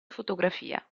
fotografia